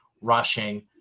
rushing